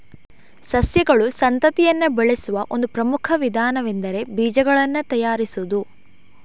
ಸಸ್ಯಗಳು ಸಂತತಿಯನ್ನ ಬೆಳೆಸುವ ಒಂದು ಪ್ರಮುಖ ವಿಧಾನವೆಂದರೆ ಬೀಜಗಳನ್ನ ತಯಾರಿಸುದು